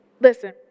Listen